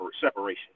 separation